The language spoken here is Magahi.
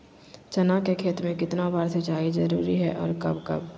चना के खेत में कितना बार सिंचाई जरुरी है और कब कब?